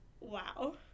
wow